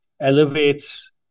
elevates